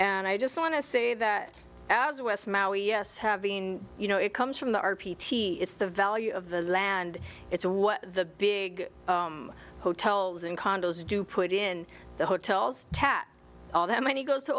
and i just want to say that as wes mao yes having you know it comes from the r p t it's the value of the land it's a what the big hotels in condos do put in the hotels tat all that money goes to